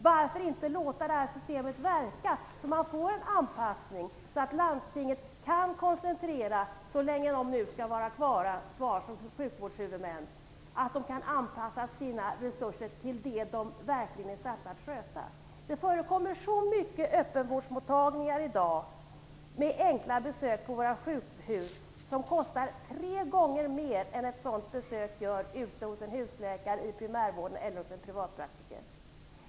Varför inte låta det här systemet verka så att man får en anpassning, så att landstingen kan - så länge de skall vara kvar som sjukvårdshuvudmän - anpassa sina resurser till det de verkligen är satta att sköta. Det finns så många öppenvårdsmottagningar i dag med enkla besök på våra sjukhus som kostar tre gånger mer än ett besök kostar hos en husläkare i primärvården eller hos en privatpraktiker.